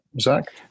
Zach